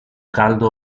caldo